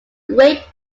great